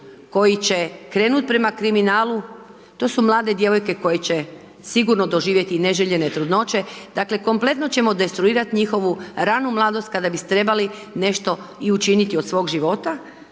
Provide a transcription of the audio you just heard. koji će krenuti prema kriminalu. To su mlade djevojke koje će sigurno doživjeti i neželjene trudnoće. Dakle kompletno ćemo destruirati njihovu ranu mladost kada bi treba nešto i učiniti od svog života.